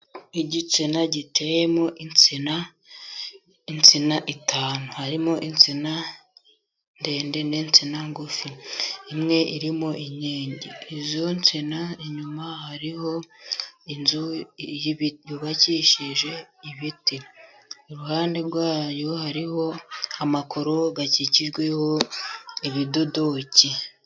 Igitsina giteyemo insina, insina eshanu harimo insina ndende, n'insina ngufi imwe irimo inyenge. Izo nsina inyuma hariho inzu yubakishije ibiti, iruhande rwayo hariho amakoro akikijweho ibidodoki.